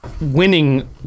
winning